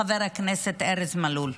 חבר הכנסת ארז מלול.